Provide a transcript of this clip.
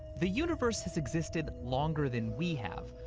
the universe has existed longer than we have,